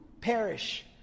perish